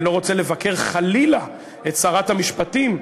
אני לא רוצה לבקר חלילה את שרת המשפטים,